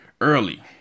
early